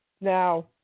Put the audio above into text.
Now